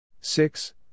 six